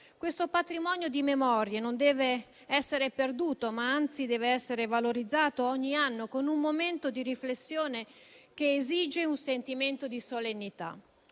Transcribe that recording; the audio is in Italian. Questo patrimonio di memorie non deve essere perduto, ma anzi deve essere valorizzato ogni anno con un momento di riflessione che esige un sentimento di solennità